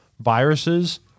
viruses